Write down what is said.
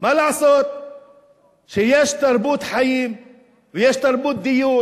מה לעשות שיש תרבות חיים ויש תרבות דיור